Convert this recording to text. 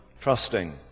trusting